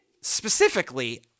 specifically